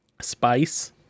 spice